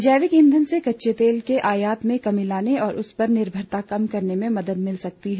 जैविक इंधन से कच्चे तेल के आयात में कमी लाने और उस पर निर्भरता कम करने में मदद मिल सकती है